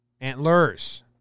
Antlers